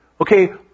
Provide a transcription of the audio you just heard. Okay